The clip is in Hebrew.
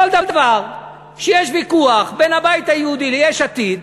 בכל דבר, כשיש ויכוח בין הבית היהודי ליש עתיד,